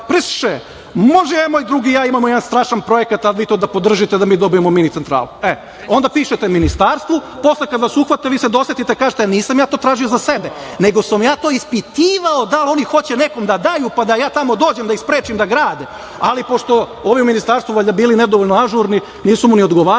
„Predsedniče, može jedan moj drug i ja imamo strašan projekat da vi to podržite da mi dobijemo mini centralu“. E, onda pišete ministarstvu, posle kada vas uhvate, vi se dosetite, kažete - nisam ja to tražio za sebe, nego sam ja to ispitivao da li oni hoće nekom da daju, pa da ja tamo dođem da ih sprečim da grade. Ali, pošto ovi u ministarstvu, valjda bili nedovoljno ažurni, nisu mu ni odgovarali,